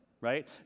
right